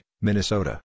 Minnesota